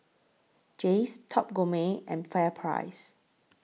Jays Top Gourmet and FairPrice